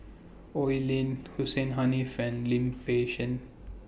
Oi Lin Hussein Haniff and Lim Fei Shen